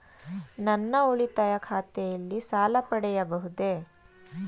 ನನ್ನ ಉಳಿತಾಯ ಖಾತೆಯಲ್ಲಿ ಸಾಲ ಪಡೆಯಬಹುದೇ?